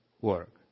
work